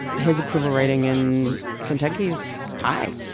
his approval rating in kentucky is high,